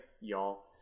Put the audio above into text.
y'all